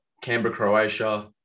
Canberra-Croatia